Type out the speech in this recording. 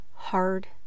hard